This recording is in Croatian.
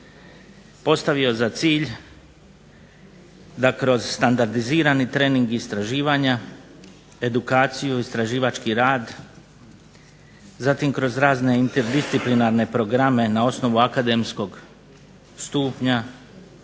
postavio za cilj da kroz standardizirani trening istraživanja, edukaciju i istraživački rad, zatim kroz razne interdisciplinarne programe na osnovu akademskog stupnja,